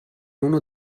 uno